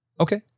Okay